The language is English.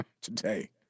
today